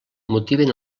motiven